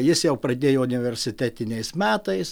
jis jau pradėjo universitetiniais metais